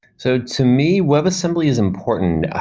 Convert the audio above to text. so, to me, web assembly is important. ah